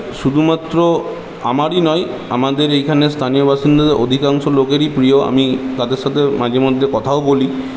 শুধুমাত্র আমারই নয় আমাদের এইখানের স্থানীয় বাসিন্দা অধিকাংশ লোকেরই প্রিয় আমি তাদের সাথে মাঝে মধ্যে কথাও বলি